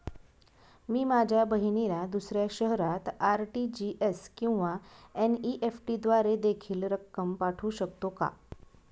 मी माझ्या बहिणीला दुसऱ्या शहरात आर.टी.जी.एस किंवा एन.इ.एफ.टी द्वारे देखील रक्कम पाठवू शकतो का?